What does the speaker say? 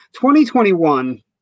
2021